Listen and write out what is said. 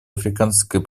африканской